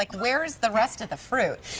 where is the rest of the fruit?